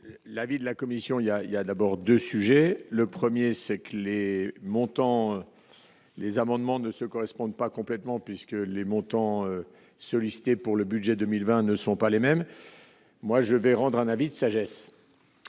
l'avis de la commission, il y a, il y a d'abord 2 sujets : le 1er c'est que les montants, les amendements ne se correspondent pas complètement puisque les montants sollicités pour le budget 2020 ne sont pas les mêmes, moi je vais rendre un avis de sagesse